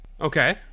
Okay